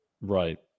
Right